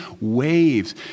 waves